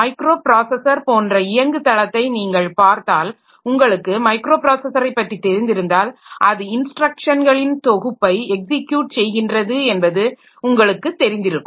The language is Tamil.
மைக்ரோப்ராஸஸர் போன்ற இயங்குதளத்தை நீங்கள் பார்த்தால் உங்களுக்கு மைக்ரோப்ராஸஸரை பற்றி தெரிந்திருந்தால் அது இன்ஸ்ட்ரக்ஷன்களின் தொகுப்பை எக்ஸிக்யூட் செய்கின்றது என்பது உங்களுக்கு தெரிந்திருக்கும்